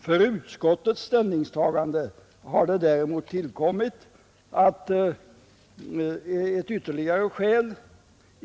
För utskottets ställningstagande har det däremot tillkommit ytterligare ett skäl.